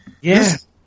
Yes